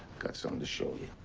got something to show you.